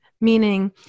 meaning